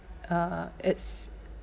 uh it's